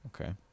okay